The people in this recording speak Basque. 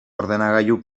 ordenagailu